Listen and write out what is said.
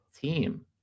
team